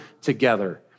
together